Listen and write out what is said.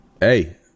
Hey